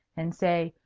and say,